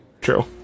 True